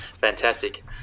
Fantastic